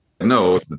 No